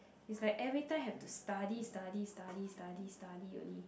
is like every time have to study study study study study only